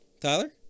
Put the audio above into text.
Tyler